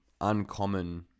uncommon